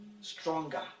stronger